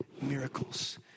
miracles